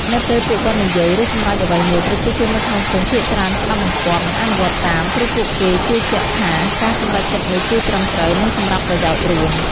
នៅពេលពួកគាត់និយាយ ឬសម្រេចអ្វីមួយ ប្រជាជននៅក្នុងភូមិភាគច្រើនស្ដាប់បង្គាប់ និងអនុវត្តតាម ព្រោះពួកគេជឿជាក់ថាការសម្រេចចិត្តនោះគឺត្រឹមត្រូវ និងសម្រាប់ប្រយោជន៍រួម។